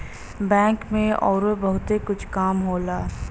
bank में अउरो बहुते कुछ काम होला